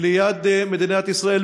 ליד מדינת ישראל,